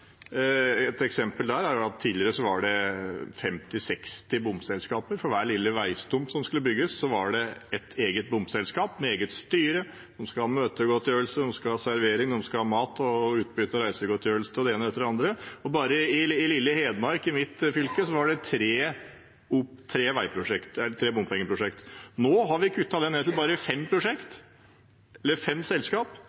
Et eksempel er at tidligere var det 50–60 bomselskaper – for hver lille veistump som skulle bygges, var det et eget bomselskap med eget styre, som skulle ha møtegodtgjørelse, servering, mat, utbytte, reisegodtgjørelse og det ene etter det andre. Bare i lille Hedmark, mitt fylke, var det tre bompengeselskaper. Nå har vi kuttet det ned til bare fem